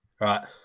right